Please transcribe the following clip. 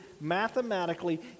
mathematically